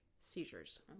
seizures